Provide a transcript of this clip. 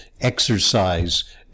exercise